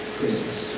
Christmas